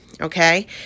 okay